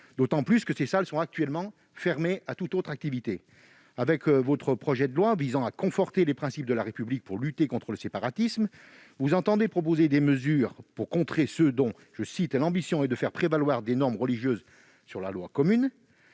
d'autant que ces salles sont actuellement fermées à toute autre activité. Avec son projet de loi confortant le respect des principes de la République, visant à lutter contre le séparatisme, le Gouvernement entend proposer des mesures pour contrer ceux dont « l'ambition est de faire prévaloir des normes religieuses sur la loi commune